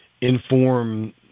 inform